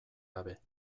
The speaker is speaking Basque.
gabe